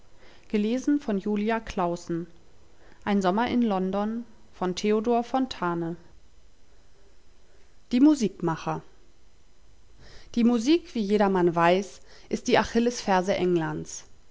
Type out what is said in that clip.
die musikmacher die musik wie jedermann weiß ist die achillesferse englands